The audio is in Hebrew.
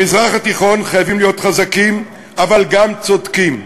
במזרח התיכון חייבים להיות חזקים, אבל גם צודקים.